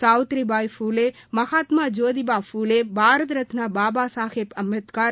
சாவித்ரிபாய் பூலே மகாத்மா ஜோதிபா பூலே பாரத ரத்னா பாபா சுவேற் அம்பேத்கர்